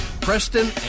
Preston